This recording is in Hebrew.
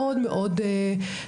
מאוד מאוד אמיתית,